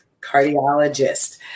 cardiologist